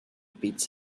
beats